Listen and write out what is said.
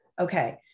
Okay